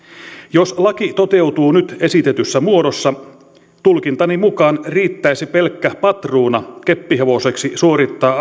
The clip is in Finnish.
jos laki toteutuu nyt esitetyssä muodossa tulkintani mukaan riittäisi pelkkä patruuna keppihevoseksi suorittaa